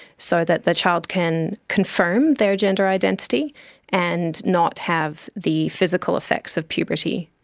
so that the child can confirm their gender identity and not have the physical effects of puberty.